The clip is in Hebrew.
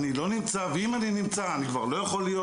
אני לא נמצא ואם אני נמצא אני כבר לא יכול להיות.